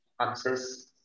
access